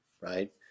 right